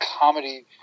comedy